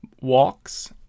walks